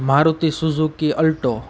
Maruti Suzuki Alto